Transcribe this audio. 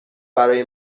برای